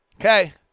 Okay